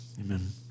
Amen